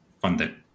funded